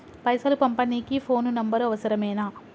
పైసలు పంపనీకి phone number అవసరమేనా?